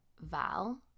Val